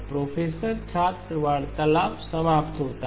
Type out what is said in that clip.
professor छात्र वार्तालाप समाप्त होता है